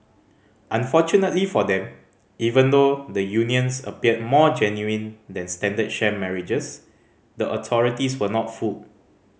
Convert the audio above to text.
unfortunately for them even though the unions appeared more genuine than standard sham marriages the authorities were not fooled